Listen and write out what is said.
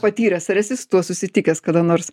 patyręs ar esi su tuo susitikęs kada nors